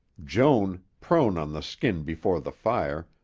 joan, prone on the skin before the fire,